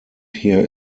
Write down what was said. here